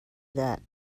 that